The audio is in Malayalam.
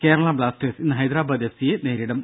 കേരള ബ്ലാസ്റ്റേഴ്സ് ഇന്ന് ഹൈദരാബാദ് എഫ് സി യെ നേരിടും